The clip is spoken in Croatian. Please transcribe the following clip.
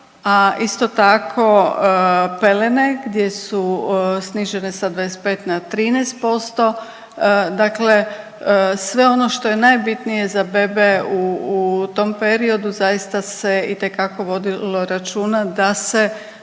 isto tako pelene gdje su snižene sa 25 na 13%. Dakle, sve ono što je najbitnije za bebe u tom periodu zaista se itekako vodilo računa da se